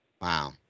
Wow